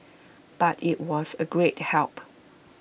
but IT was A great help